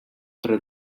tret